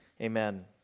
Amen